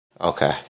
Okay